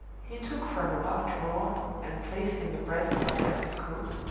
he took from a locked drawer, and placed in the breast pocket of his coat,